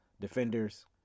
defenders